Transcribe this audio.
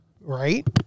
Right